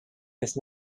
his